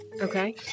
Okay